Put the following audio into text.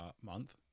month